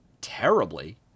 terribly